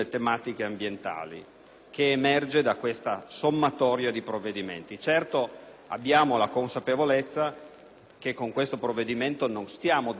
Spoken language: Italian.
Certo, abbiamo la consapevolezza che con questo provvedimento non stiamo dando una risposta a tutte